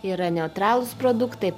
yra neutralūs produktai